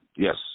Yes